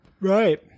Right